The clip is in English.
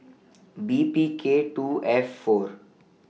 B P K two F four